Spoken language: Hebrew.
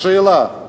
שאלה.